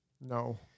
No